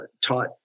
taught